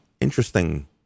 interesting